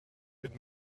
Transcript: could